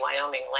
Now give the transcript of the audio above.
Wyoming